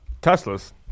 Tesla's